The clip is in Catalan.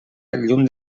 llum